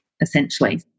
essentially